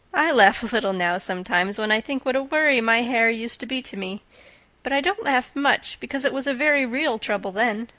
i laugh a little now sometimes when i think what a worry my hair used to be to me but i don't laugh much, because it was a very real trouble then.